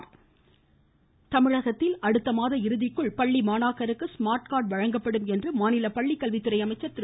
ம் ம் ம் ம் ம் ம காஞ்சிபுரம் தமிழகத்தில் அடுத்த மாத இறுதிக்குள் பள்ளி மாணாக்கருக்கு ஸ்மார்ட் கார்டு வழங்கப்படும் என்று மாநில பள்ளிக்கல்வித்துறை அமைச்சர் திரு